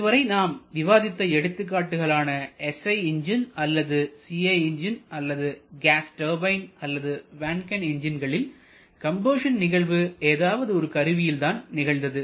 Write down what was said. இதுவரை நாம் விவாதித்த எடுத்துக்காட்டுகள் ஆன SI என்ஜின் அல்லது CI என்ஜின் அல்லது கேஸ் டர்பைன் அல்லது வேன்கல் என்ஜின்களில் கம்பஷன் நிகழ்வு ஏதாவது ஒரு கருவியில் தான் நிகழ்ந்தது